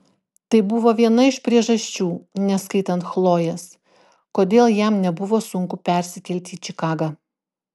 tai buvo viena iš priežasčių neskaitant chlojės kodėl jam nebuvo sunku persikelti į čikagą